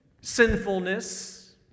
sinfulness